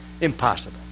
Impossible